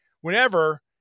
whenever